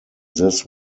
this